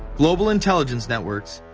global intelligence networks,